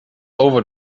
over